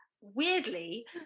weirdly